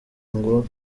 ngo